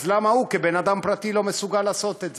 אז למה הוא כבן-אדם פרטי לא מסוגל לעשות את זה?